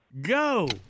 Go